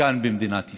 כאן במדינת ישראל.